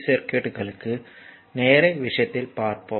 சர்க்யூட்களுக்கு நேர விவரத்தில் பார்ப்போம்